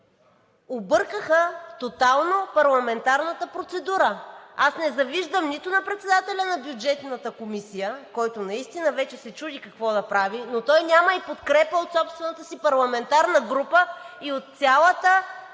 объркаха тотално парламентарната процедура. Аз не завиждам нито на председателя на Бюджетната комисия, който наистина вече се чуди какво да прави, но той няма подкрепа от собствената си парламентарна група и от цялата